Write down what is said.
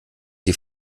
sie